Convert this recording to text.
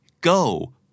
go